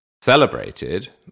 celebrated